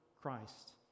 Christ